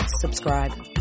subscribe